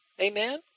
Amen